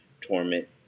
torment